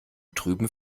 trüben